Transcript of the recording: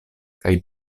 kaj